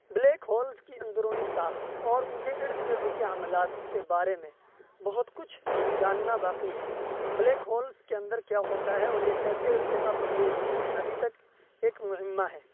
black holes کی اندرونی ساخت اور ان کے ارد گرد کے عملات کے بارے میں بہت کچھ جاننا باقی ہے بلیک ہولز کے اندر کیا ہوتا ہے اور یہ کیسے ارتقاء پذیر ہوتے ہیں ابھی تک ایک معمہ ہے